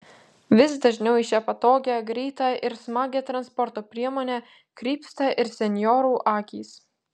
vis dažniau į šią patogią greitą ir smagią transporto priemonę krypsta ir senjorų akys